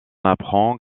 apprend